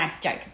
jokes